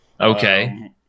Okay